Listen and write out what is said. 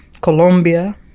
Colombia